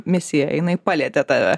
misiją jinai palietė tave